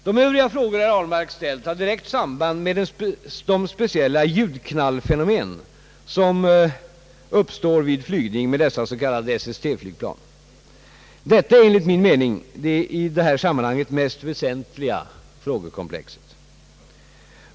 De övriga frågor herr Ahlmark ställt har direkt samband med de speciella ljudknallfenomen, som uppstår vid flygning med dessa s.k. SST-flygplan. Detta är enligt min mening det i detta sammanhang mest väsentliga frågekomplexet.